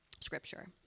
scripture